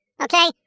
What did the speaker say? okay